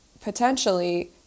potentially